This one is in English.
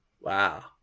Wow